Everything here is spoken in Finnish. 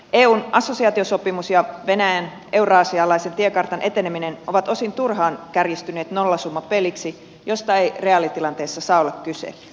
eun assosiaatiosopimus ja venäjän euraasialaisen tiekartan eteneminen ovat osin turhaan kärjistyneet nollasummapeliksi josta ei reaalitilanteessa saa olla kyse